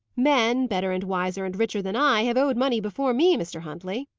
men, better and wiser and richer than i, have owed money before me, mr. huntley.